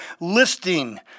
listing